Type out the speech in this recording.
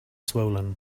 swollen